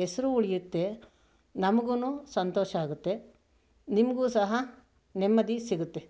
ಹೆಸರು ಉಳಿಯುತ್ತೆ ನಮಗುನೂ ಸಂತೋಷ ಆಗುತ್ತೆ ನಿಮಗೂ ಸಹ ನೆಮ್ಮದಿ ಸಿಗುತ್ತೆ